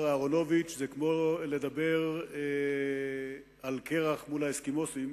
אהרונוביץ זה כמו לדבר על קרח מול האסקימוסים,